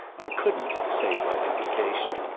i couldn't, save by implication,